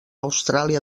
austràlia